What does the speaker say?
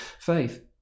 faith